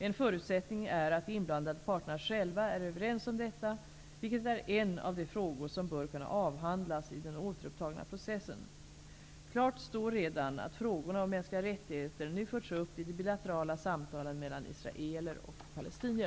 En förutsättning är att de inblandade parterna själva är överens om detta, vilket är en av de frågor som bör kunna avhandlas i den återupptagna processen. Klart står redan att frågorna om mänskliga rättigheter nu förts upp i de bilaterala samtalen mellan israeler och palestinier.